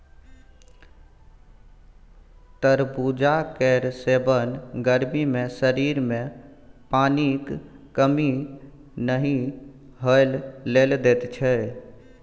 तरबुजा केर सेबन गर्मी मे शरीर मे पानिक कमी नहि होइ लेल दैत छै